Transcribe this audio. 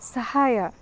ಸಹಾಯ